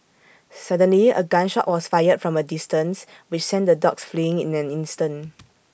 suddenly A gun shot was fired from A distance which sent the dogs fleeing in an instant